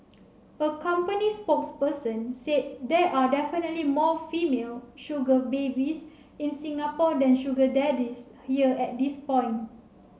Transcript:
a company spokesperson said there are definitely more female sugar babies in Singapore than sugar daddies here at this point